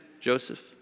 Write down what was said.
Joseph